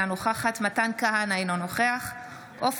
אינה נוכחת מתן כהנא,